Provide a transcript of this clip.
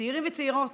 צעירים וצעירות